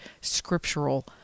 scriptural